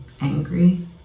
angry